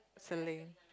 sailing